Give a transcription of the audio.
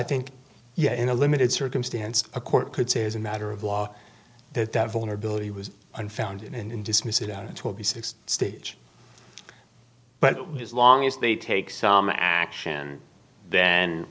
think yeah in a limited circumstance a court could say as a matter of law that that vulnerability was unfounded and in dismiss it out it will be six stage but as long as they take some action th